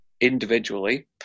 individually